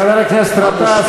חבר הכנסת באסל גטאס,